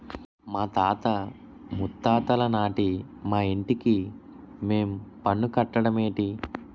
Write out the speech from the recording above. మాతాత ముత్తాతలనాటి మా ఇంటికి మేం పన్ను కట్టడ మేటి